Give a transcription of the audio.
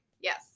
yes